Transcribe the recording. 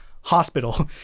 hospital